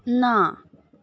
ना